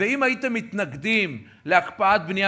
ואם הייתם מתנגדים להקפאת הבנייה,